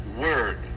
word